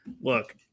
look